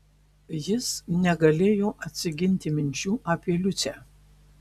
jis negalėjo atsiginti minčių apie liucę